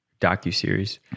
docu-series